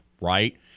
right